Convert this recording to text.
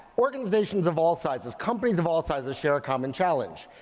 organizations of all sizes, companies of all sizes share a common challenge.